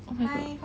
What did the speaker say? oh my god